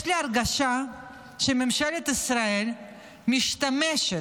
יש לי הרגשה שממשלת ישראל משתמשת